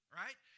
right